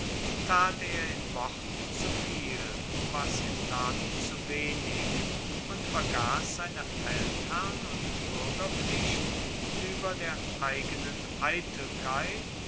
tat er in worten zu viel was in taten zu wenig und vergass seiner feldherrn und buergerpflicht ueber der eigenen eitelkeit